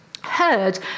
heard